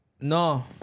no